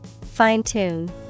Fine-tune